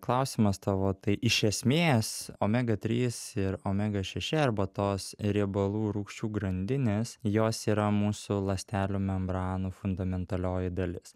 klausimas tavo tai iš esmės omega trys ir omega šeši arba tos riebalų rūgščių grandinės jos yra mūsų ląstelių membranų fundamentalioji dalis